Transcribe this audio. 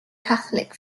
catholic